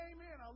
Amen